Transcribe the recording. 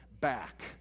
back